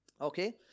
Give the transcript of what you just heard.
Okay